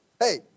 hey